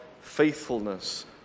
faithfulness